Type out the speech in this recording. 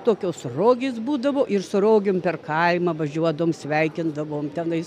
tokios rogės būdavo ir su rogėm per kaimą važiuodavom sveikindavom tenais